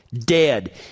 dead